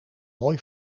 mooi